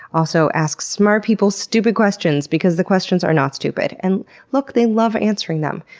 also, ask smart people stupid questions, because the questions are not stupid. and look! they love answering them.